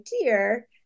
dear